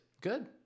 Good